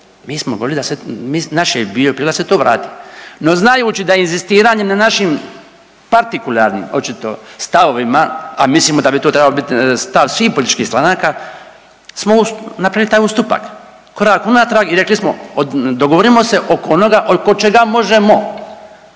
Mi smo govorili da se, naš je prijedlog da se to vrati. No, znajući da inzistiranje na našim partikularnim očito stavovima, a mislimo da bi to trebao biti stav svih političkih stranaka smo napravili taj ustupak, korak unatrag i rekli smo dogovorimo se oko onoga oko čega možemo.